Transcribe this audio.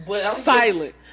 Silent